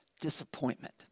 disappointment